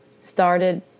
started